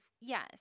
yes